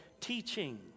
teaching